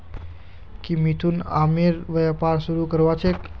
की मिथुन आमेर व्यापार शुरू करवार छेक